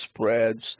spreads